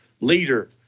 leader